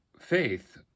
faith